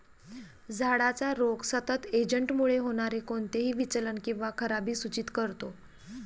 झाडाचा रोग सतत एजंटमुळे होणारे कोणतेही विचलन किंवा खराबी सूचित करतो